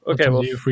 Okay